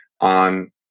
on